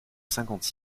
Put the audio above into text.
cinquante